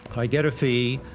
i get a fee.